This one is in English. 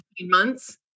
months